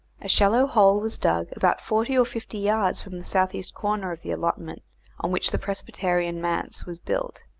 a shallow hole was dug about forty or fifty yards from the south-east corner of the allotment on which the presbyterian manse was built,